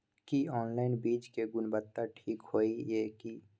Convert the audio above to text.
की online बीज के गुणवत्ता ठीक होय ये की?